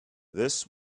this